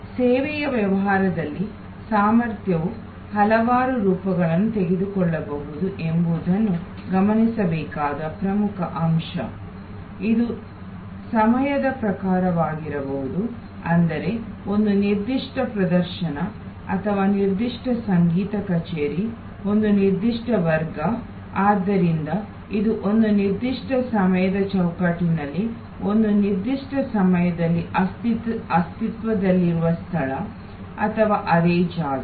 ಸೇವೆಯ ವ್ಯವಹಾರದಲ್ಲಿ ಸಾಮರ್ಥ್ಯವು ಹಲವಾರು ರೂಪಗಳನ್ನು ತೆಗೆದುಕೊಳ್ಳಬಹುದು ಎಂಬುದನ್ನು ಗಮನಿಸಬೇಕಾದ ಪ್ರಮುಖ ಅಂಶ ಇದು ಸಮಯದ ಪ್ರಕಾರವಾಗಿರಬಹುದು ಅಂದರೆ ಒಂದು ನಿರ್ದಿಷ್ಟ ಪ್ರದರ್ಶನ ಅಥವಾ ನಿರ್ದಿಷ್ಟ ಸಂಗೀತ ಕಚೇರಿ ಒಂದು ನಿರ್ದಿಷ್ಟ ವರ್ಗ ಆದ್ದರಿಂದ ಇದು ಒಂದು ನಿರ್ದಿಷ್ಟ ಸಮಯದ ಚೌಕಟ್ಟಿನಲ್ಲಿ ಒಂದು ನಿರ್ದಿಷ್ಟ ಸಮಯದಲ್ಲಿ ಅಸ್ತಿತ್ವದಲ್ಲಿರುವ ಸ್ಥಳ ಅಥವಾ ಅದೇ ಜಾಗ